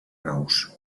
nous